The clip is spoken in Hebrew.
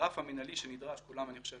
הרף המינהלי שנדרש כולם אני חושב